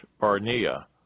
Barnea